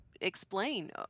explain